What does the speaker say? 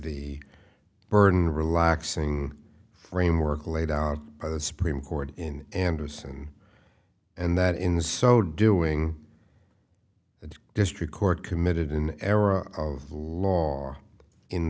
the burden relaxing framework laid out by the supreme court in andersen and that in so doing the district court committed an error of law in